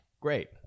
Great